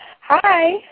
Hi